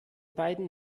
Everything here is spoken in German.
beiden